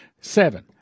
Seven